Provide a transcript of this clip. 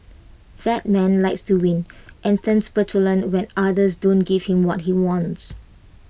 that man likes to win and turns petulant when others don't give him what he wants